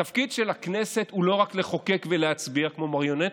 התפקיד של הכנסת הוא לא רק לחוקק ולהצביע כמו מריונטות,